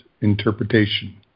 interpretation